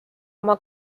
oma